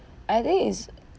I think it's